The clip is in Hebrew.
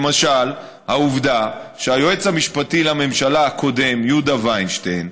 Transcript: למשל העובדה שהיועץ המשפטי לממשלה הקודם יהודה וינשטיין,